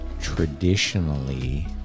traditionally